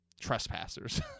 trespassers